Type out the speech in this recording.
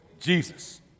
Jesus